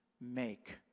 make